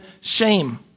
shame